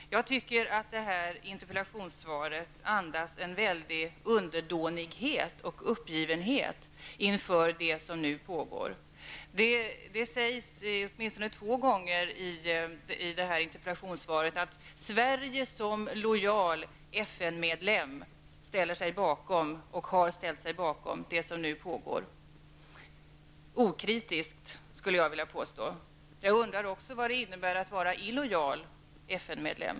Jag tycker att interpellationssvaret andas en väldig underdånighet och uppgivenhet inför det som pågår. Det sägs åtminstone två gånger i interpellationssvaret att Sverige som lojal FN medlem ställer sig bakom och har ställt sig bakom det som nu pågår. Jag skulle vilja påstå att detta har skett okritiskt. Jag undrar också vad det innebär att vara illojal FN medlem.